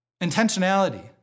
Intentionality